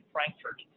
Frankfurt